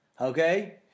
Okay